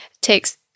takes